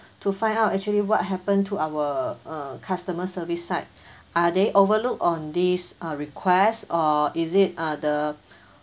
to find out actually what happen to our uh customer service side are they overlook on these uh requests or is it uh the